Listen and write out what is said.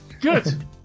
Good